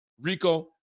Rico